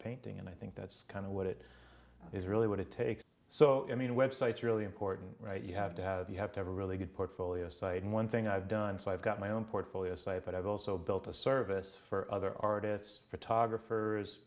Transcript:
painting and i think that's kind of what it is really what it takes so i mean web sites really important you have to have you have to have a really good portfolio site and one thing i've done so i've got my own portfolio site but i've also built a service for other artists photographers